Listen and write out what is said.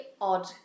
odd